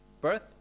birth